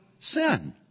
sin